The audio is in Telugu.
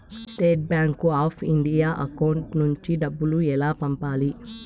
State bank of India account నుంచి డబ్బులు ఎలా పంపాలి?